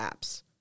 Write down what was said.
apps